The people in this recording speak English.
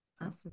Awesome